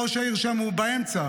ראש העיר שם הוא באמצע,